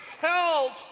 Help